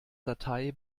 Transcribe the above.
datei